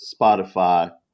Spotify